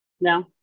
No